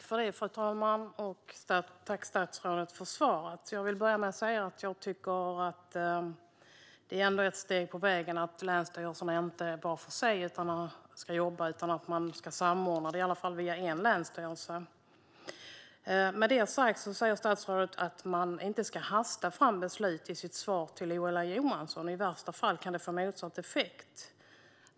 Fru talman! Tack, statsrådet, för svaret! Jag vill börja med att säga att jag tycker att det ändå är ett steg på vägen att länsstyrelserna inte ska jobba var för sig utan att man i stället ska samordna det hela via en länsstyrelse. Statsrådet sa i sitt svar till Ola Johansson att man inte ska hasta fram beslut - i värsta fall kan detta få motsatt effekt.